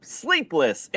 sleepless